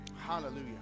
Hallelujah